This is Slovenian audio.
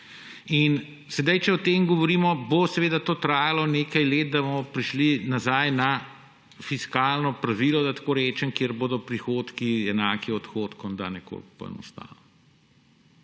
pomeni. Če govorimo o tem, seveda bo trajalo nekaj let, da bomo prišli nazaj na fiskalno pravilo, da tako rečem, kjer bodo prihodki enaki odhodkom, da nekoliko poenostavim.